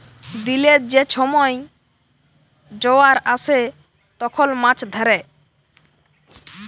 দিলের যে ছময় জয়ার আসে তখল মাছ ধ্যরে